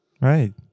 Right